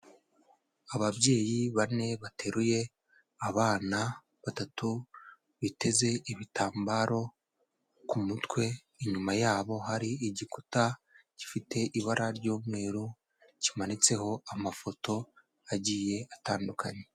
Ababyeyi bane bateruye abana batatu biteze ibitambaro ku mutwe, inyuma yabo hari igikuta gifite ibara ry'umweru, kimanitseho amafoto agiye atandukanye.